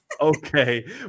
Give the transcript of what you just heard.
Okay